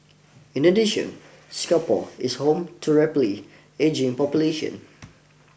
in addition Singapore is home to rapidly ageing population